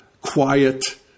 quiet